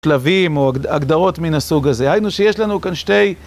כלבים, או הגדרות מן הסוג הזה, היינו שיש לנו כאן שתי